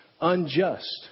unjust